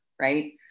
right